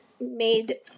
made